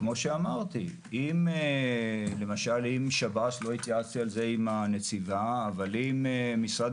כמו שאמרתי לא התייעצתי על זה עם הנציבה אבל אם משרד